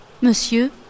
Monsieur